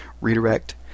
redirect